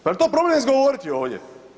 jel to problem izgovoriti ovdje?